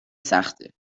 سخته